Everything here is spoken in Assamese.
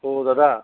অঁ দাদা